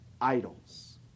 idols